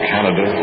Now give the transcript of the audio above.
Canada